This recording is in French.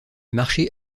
marché